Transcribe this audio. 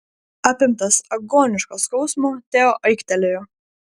apimtas agoniško skausmo teo aiktelėjo